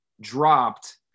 dropped